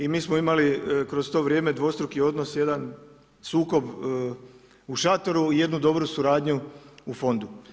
I mi smo imali kroz to vrijeme dvostruki odnos jedan sukob u šatoru i jednu dobru suradnju u fondu.